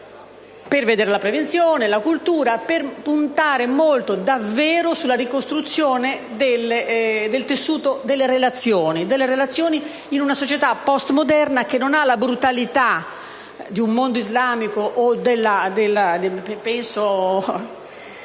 per vedere la prevenzione e la cultura, per puntare davvero sulla ricostruzione del tessuto delle relazioni in una società postmoderna che non ha la brutalità di un mondo islamico (penso